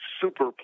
super